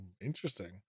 interesting